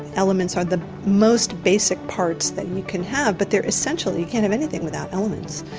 elements are the most basic parts that you can have, but they're essential. you can't have anything without elements.